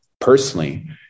personally